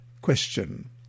Question